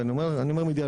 ואני אומר אני אומר מידיעה,